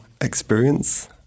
experience